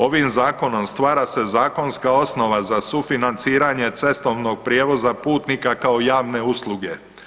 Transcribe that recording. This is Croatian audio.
Ovim zakonom stvara se zakonska osnova za sufinanciranje cestovnog prijevoza putnika kao javne usluge.